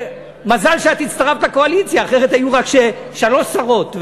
מזל שאת הצטרפת לקואליציה, אחרת היו שלוש שרות.